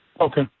Okay